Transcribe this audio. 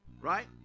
right